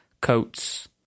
coats